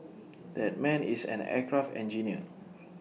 that man is an aircraft engineer